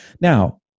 now